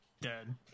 dead